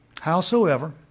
Howsoever